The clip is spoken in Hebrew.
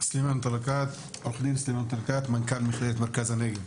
אני סלימאן אלטלקאת, מנכ"ל מכללת מרכז הנגב.